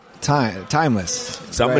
timeless